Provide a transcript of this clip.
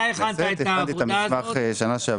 אני הכנתי את המסמך בשנה שעברה.